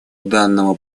данному